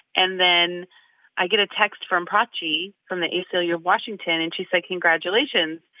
and then i get a text from prachi from the aclu of washington. and she said congratulations.